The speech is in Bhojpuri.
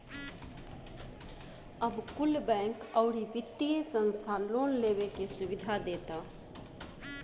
अब कुल बैंक, अउरी वित्तिय संस्था लोन लेवे के सुविधा देता